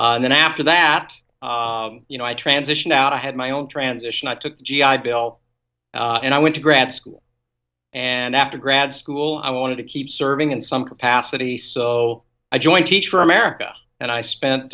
and then after that you know i transitioned out i had my own transition i took the g i bill and i went to grad school and after grad school i wanted to keep serving in some capacity so i joined teach for america and i spent